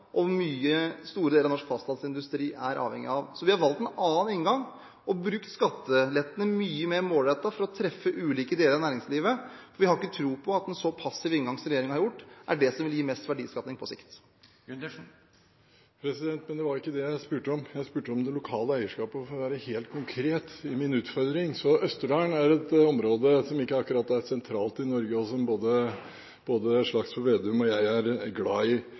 skattelettene mye mer målrettet for å treffe ulike deler av næringslivet. Vi har ikke tro på at en så passiv inngang som regjeringen har valgt, er det som vil gi mest verdiskapning på sikt. Men det var ikke det jeg spurte om. Jeg spurte om det lokale eierskapet. For å være helt konkret i min utfordring er Østerdalen et område som ikke akkurat er sentralt i Norge, og som både Slagsvold Vedum og jeg er glad i.